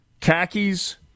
khakis